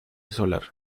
solar